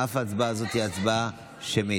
אף ההצבעה הזאת היא הצבעה שמית.